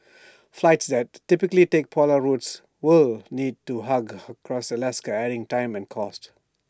flights that typically take polar routes will need to hug coast of Alaska adding time and cost